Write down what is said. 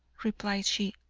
replied she,